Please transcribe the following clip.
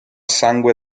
sangue